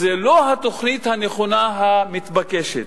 זו לא התוכנית הנכונה המתבקשת.